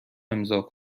امضا